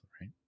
right